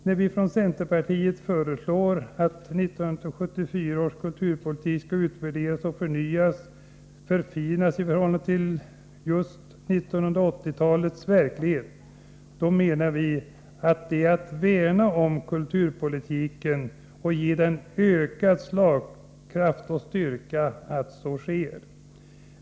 När vi från centerpartiet föreslår att 1974 års kulturpolitik skall utvärderas och förnyas — förfinas i förhållande till just 1980-talets verklighet — då menar vi att det är att värna om kulturpolitiken och ge den ökad slagkraft och styrka att så sker.